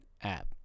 app